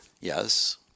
Yes